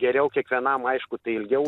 geriau kiekvienam aišku tai ilgiau